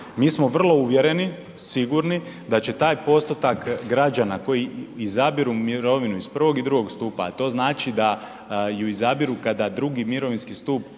Mi smo vrlo uvjereni, sigurni da će taj postotak građana koji izabiru mirovinu iz I. i II. stupa a to znači da ju izabiru kada II. mirovinski stup